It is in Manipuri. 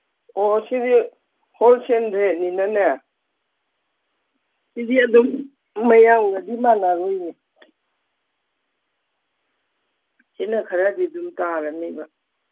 ꯑꯣ ꯁꯤꯗꯤ ꯍꯣꯜꯁꯦꯜ ꯔꯦꯠꯅꯤꯅꯅꯦ ꯁꯤꯗꯤ ꯑꯗꯨꯝ ꯃꯌꯥꯝꯒꯗꯤ ꯃꯥꯟꯅꯔꯣꯏꯌꯦ ꯁꯤꯅ ꯈꯔꯗꯤ ꯑꯗꯨꯝ ꯇꯥꯒꯅꯤꯕ